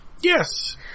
Yes